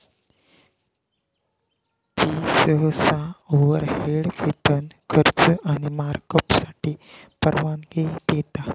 fee सहसा overhead, वेतन, खर्च आणि मार्कअपसाठी परवानगी देता